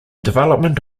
development